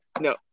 no